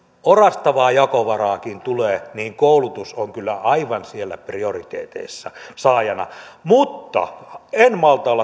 orastavaa jakovaraakin tulee niin koulutus on kyllä aivan siellä prioriteeteissa saajana mutta en malta olla